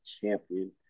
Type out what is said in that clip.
champion